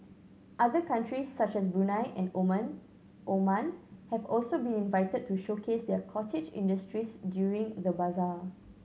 other countries such as Brunei and Omen Oman have also been invited to showcase their cottage industries during the bazaar